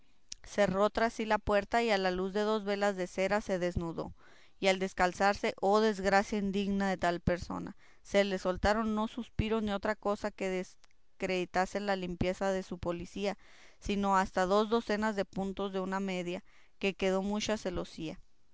cerró tras sí la puerta y a la luz de dos velas de cera se desnudó y al descalzarse oh desgracia indigna de tal persona se le soltaron no suspiros ni otra cosa que desacreditasen la limpieza de su policía sino hasta dos docenas de puntos de una media que quedó hecha celosía